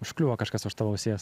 užkliuvo kažkas už tavo ausies